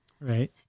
Right